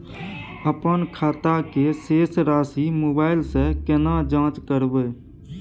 अपन खाता के शेस राशि मोबाइल से केना जाँच करबै?